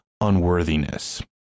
unworthiness